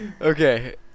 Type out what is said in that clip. Okay